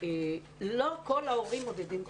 לא כל ההורים מודדים חום.